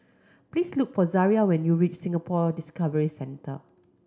please look for Zariah when you reach Singapore Discovery Centre